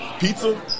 Pizza